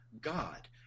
God